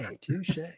touche